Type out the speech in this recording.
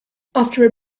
after